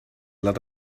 lot